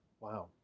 Wow